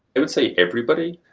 i would say everybody.